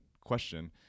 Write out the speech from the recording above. question